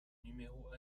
numéros